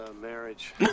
marriage